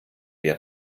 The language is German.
wir